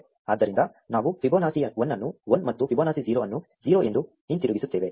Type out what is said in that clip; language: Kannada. ಆದ್ದರಿಂದ ನಾವು ಫಿಬೊನಾಕಿ 1 ಅನ್ನು 1 ಮತ್ತು ಫಿಬೊನಾಸಿ 0 ಅನ್ನು 0 ಎಂದು ಹಿಂತಿರುಗಿಸುತ್ತೇವೆ